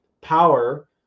power